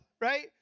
right